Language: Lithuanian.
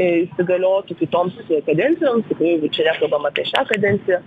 įsigaliotų kitoms kadencijoms tikrai jau čia nekalbam apie šią kadenciją